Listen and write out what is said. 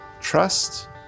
trust